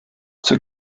zur